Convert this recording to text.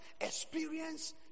experience